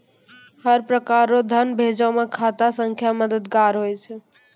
हर प्रकार रो धन भेजै मे खाता संख्या मददगार हुवै छै